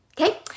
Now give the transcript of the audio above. Okay